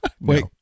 Wait